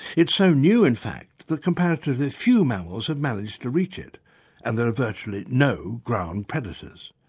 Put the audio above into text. it's so new in fact that comparatively few mammals have managed to reach it and there are virtually no ground predators.